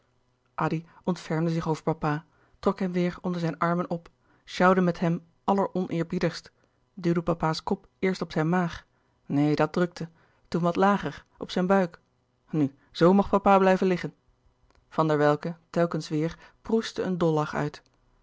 addy ontfermde zich over papa trok hem weêr onder zijn armen op sjouwde met hem alleroneerbiedigst duwde papa's kop eerst op zijn maag neen dat drukte toen wat lager op zijn buik nu zoo mocht papa blijven liggen van der welcke telkens weêr proestte een dollach uit